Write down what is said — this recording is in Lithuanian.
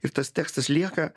ir tas tekstas lieka